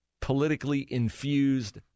politically-infused